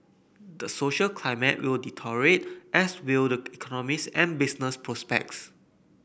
the social climate will deteriorate as will the economies and business prospects